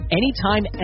anytime